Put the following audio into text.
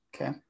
Okay